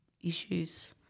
issues